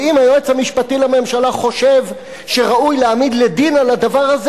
ואם היועץ המשפטי לממשלה חושב שראוי להעמיד לדין על זה,